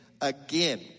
again